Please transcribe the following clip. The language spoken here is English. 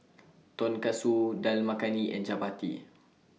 Tonkatsu Dal Makhani and Chapati